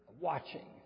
watching